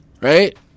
Right